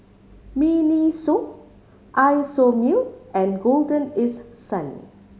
MINISO Isomil and Golden East Sun